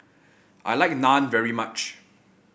I like Naan very much